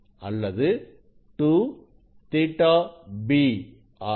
அல்லது 2ƟB ஆகும்